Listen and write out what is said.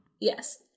Yes